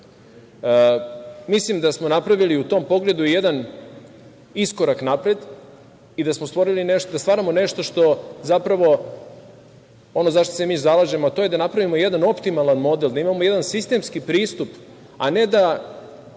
da smo napravili i u tom pogledu jedan iskorak napred i da stvaramo nešto, zapravo, ono za šta se mi zalažemo, a to je da napravimo jedan optimalan model, da imamo jedan sistemski pristup, a ne da